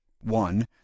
One